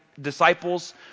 disciples